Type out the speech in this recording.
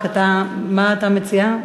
מה אתה מציע?